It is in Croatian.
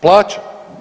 Plaće?